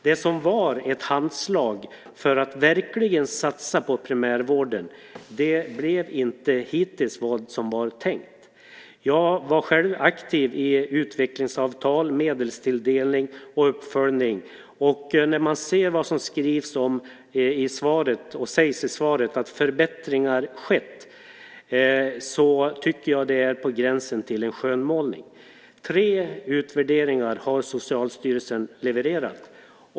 Det som var ett handslag för att verkligen satsa på primärvården har inte hittills blivit som det var tänkt. Jag var själv aktiv i samband med utvecklingsavtal, medelstilldelning och uppföljning. Det som sägs i svaret om att förbättringar skett tycker jag är på gränsen till en skönmålning. Tre utvärderingar har Socialstyrelsen levererat.